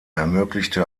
ermöglichte